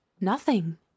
Nothing